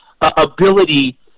ability